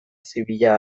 zibila